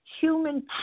human